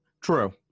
True